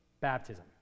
baptism